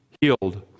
healed